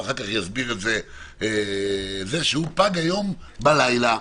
שהוא פג הלילה,